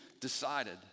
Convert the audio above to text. decided